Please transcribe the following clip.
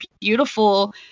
beautiful